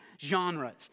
genres